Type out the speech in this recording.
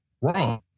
wrong